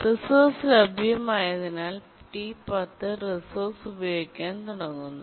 resource ലഭ്യമായതിനാൽ T10 resource ഉപയോഗിക്കാൻ തുടങ്ങുന്നു